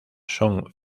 son